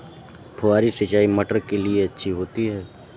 फुहारी सिंचाई मटर के लिए अच्छी होती है?